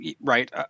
right